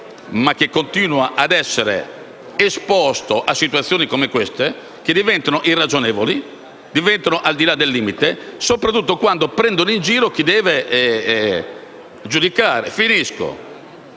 ma che continua ad essere esposto a situazioni come queste che diventano irragionevoli e vanno al di là del limite, soprattutto quando prendono in giro chi deve giudicare. Il